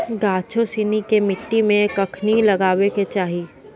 गाछो सिनी के मट्टी मे कखनी लगाबै के चाहि?